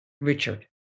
Richard